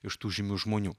iš tų žymių žmonių